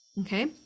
okay